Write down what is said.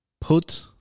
put